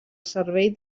servei